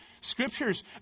scriptures